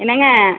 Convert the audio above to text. என்னங்க